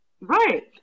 Right